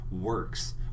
works